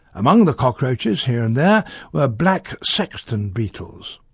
among the cockroaches here and there were black sexton beetles.